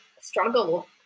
struggle